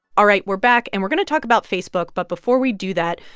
ah right, we're back. and we're going to talk about facebook, but before we do that,